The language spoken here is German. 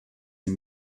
die